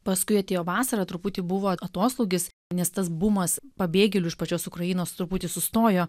paskui atėjo vasara truputį buvo atoslūgis nes tas bumas pabėgėlių iš pačios ukrainos truputį sustojo